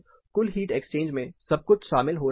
कुल heat exchange में सब कुछ शामिल हो रहा है